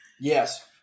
Yes